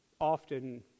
often